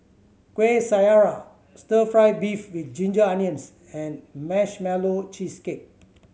Kueh Syara Stir Fry beef with ginger onions and Marshmallow Cheesecake